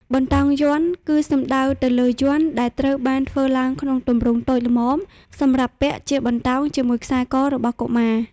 បន្តោងយ័ន្ត គឺសំដៅទៅលើយ័ន្តដែលត្រូវបានធ្វើឡើងក្នុងទម្រង់តូចល្មម សម្រាប់ពាក់ជាបន្តោងជាមួយខ្សែករបស់កុមារ។